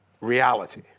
Reality